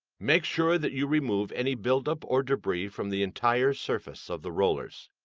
make sure that you remove any buildup or debris from the entire surface of the rollers.